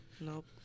Nope